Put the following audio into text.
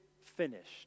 finished